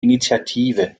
initiative